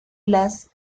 las